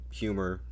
humor